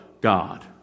God